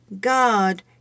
God